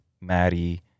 Maddie